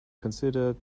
considered